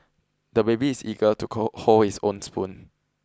the baby is eager to cold hold his own spoon